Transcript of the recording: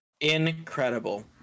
Incredible